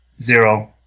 Zero